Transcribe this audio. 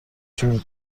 جور